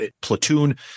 Platoon